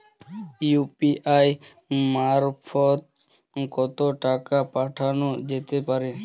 UPI মারফত কত টাকা পাঠানো যেতে পারে?